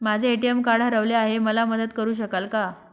माझे ATM card हरवले आहे, मला मदत करु शकाल का?